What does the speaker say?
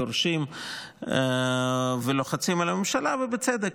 דורשים ולוחצים על הממשלה ובצדק.